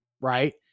right